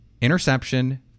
interception